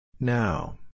Now